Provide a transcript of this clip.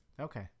Okay